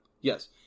Yes